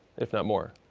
if not more.